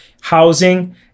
Housing